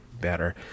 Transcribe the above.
better